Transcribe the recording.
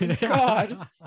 God